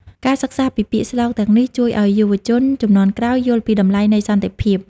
ការសិក្សាពីពាក្យស្លោកទាំងនេះ ជួយឱ្យយុវជនជំនាន់ក្រោយយល់ពីតម្លៃនៃសន្តិភាព។